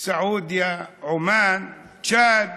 סעודיה, עומאן, צ'אד,